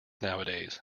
nowadays